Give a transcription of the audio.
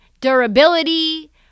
durability